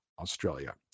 Australia